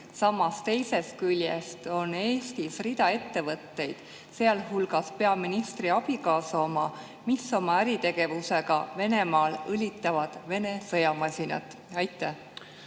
samas teisest küljest on Eestis rida ettevõtteid, sealhulgas peaministri abikaasa oma, mis oma äritegevusega Venemaal õlitavad Vene sõjamasinat? Aitäh,